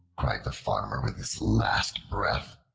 cried the farmer with his last breath,